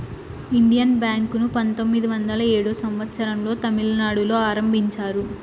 Indian Bank ను పంతొమ్మిది వందల ఏడో సంవచ్చరం లో తమిళనాడులో ఆరంభించారు